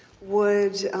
would